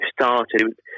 started